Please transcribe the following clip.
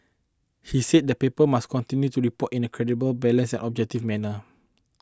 he said the paper must continue to report in a credible balanced and objective manner